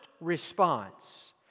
response